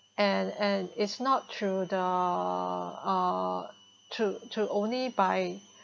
and and it's not through the uh through through only by